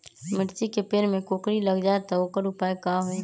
मिर्ची के पेड़ में कोकरी लग जाये त वोकर उपाय का होई?